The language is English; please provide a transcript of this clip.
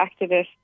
activists